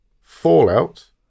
Fallout